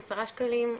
10 שקלים,